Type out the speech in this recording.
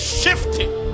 shifting